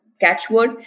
catchword